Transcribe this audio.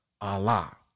Allah